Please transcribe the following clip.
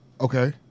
Okay